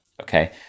okay